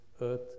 earth